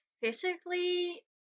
physically